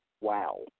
wow